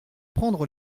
prendre